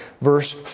verse